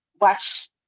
watch